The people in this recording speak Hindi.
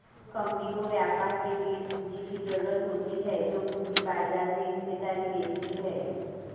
कम्पनी को व्यापार के लिए पूंजी की ज़रूरत होती है जो पूंजी बाजार में हिस्सेदारी बेचती है